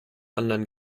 anderen